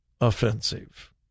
offensive